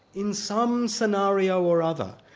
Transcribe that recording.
in some scenario or other,